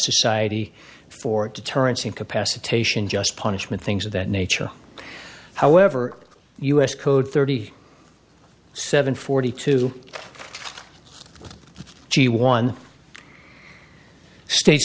society for deterrence incapacitation just punishment things of that nature however u s code thirty seven forty two g one state